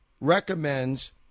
recommends